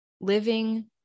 Living